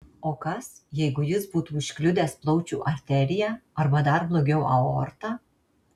o kas jeigu jis būtų užkliudęs plaučių arteriją arba dar blogiau aortą